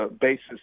basis